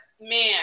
man